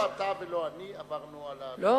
חבר הכנסת פלסנר, לא אתה ולא אני עברנו על הכללים.